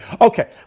Okay